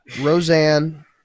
Roseanne